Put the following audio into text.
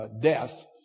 death